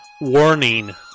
Warning